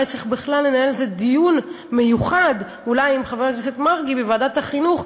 אולי צריך בכלל לנהל על זה דיון מיוחד עם חבר הכנסת מרגי בוועדת החינוך,